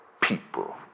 people